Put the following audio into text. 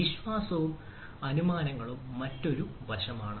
വിശ്വാസവും അനുമാനങ്ങളും മറ്റൊരു വശമാണ്